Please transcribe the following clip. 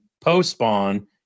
post-spawn